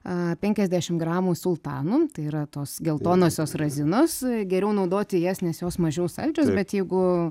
a penkiasdešim gramų sultanų tai yra tos geltonosios razinos geriau naudoti jas nes jos mažiau saldžios bet jeigu